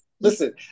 listen